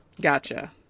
Gotcha